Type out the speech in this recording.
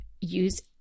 Use